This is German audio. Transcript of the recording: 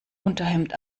unterhemd